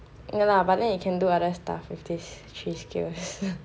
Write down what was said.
ya lah but then you can do other stuff with these three skills